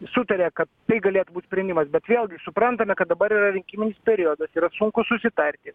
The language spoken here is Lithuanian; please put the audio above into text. sutaria kad tai galėtų būt sprendimas bet vėlgi suprantame kad dabar yra rinkiminis periodas yra sunku susitarti